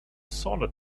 solid